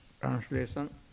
Translation